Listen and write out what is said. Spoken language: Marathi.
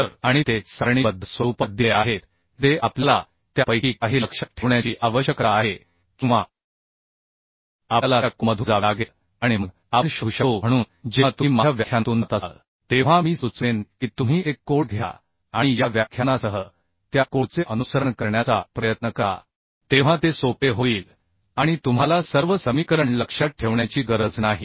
तर आणि ते सारणीबद्ध स्वरूपात दिले आहेत जे आपल्याला त्यापैकी काही लक्षात ठेवण्याची आवश्यकता आहे किंवा आपल्याला त्या कोडमधून जावे लागेल आणि मग आपण शोधू शकतो म्हणून जेव्हा तुम्ही माझ्या व्याख्यानातून जात असाल तेव्हा मी सुचवेन की तुम्ही एक कोड घ्या आणि या व्याख्यानासह त्या कोडचे अनुसरण करण्याचा प्रयत्न करा तेव्हा ते सोपे होईल आणि तुम्हाला सर्व समीकरण लक्षात ठेवण्याची गरज नाही